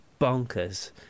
bonkers